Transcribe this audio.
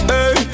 Hey